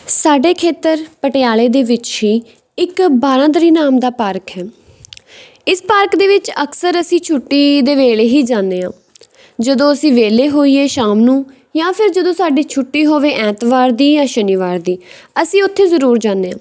ਸਾਡੇ ਖੇਤਰ ਪਟਿਆਲੇ ਦੇ ਵਿੱਚ ਹੀ ਇੱਕ ਬਾਰਾਂਦਰੀ ਨਾਮ ਦਾ ਪਾਰਕ ਹੈ ਇਸ ਪਾਰਕ ਦੇ ਵਿੱਚ ਅਕਸਰ ਅਸੀਂ ਛੁੱਟੀ ਦੇ ਵੇਲੇ ਹੀ ਜਾਂਦੇ ਹਾਂ ਜਦੋਂ ਅਸੀਂ ਵਿਹਲੇ ਹੋਈਏ ਸ਼ਾਮ ਨੂੰ ਜਾਂ ਫਿਰ ਜਦੋਂ ਸਾਡੀ ਛੁੱਟੀ ਹੋਵੇ ਐਤਵਾਰ ਦੀ ਜਾਂ ਸ਼ਨੀਵਾਰ ਦੀ ਅਸੀਂ ਉੱਥੇ ਜ਼ਰੂਰ ਜਾਂਦੇ ਹਾਂ